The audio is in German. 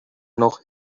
noch